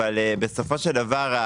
אבל בסופו של דבר,